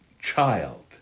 child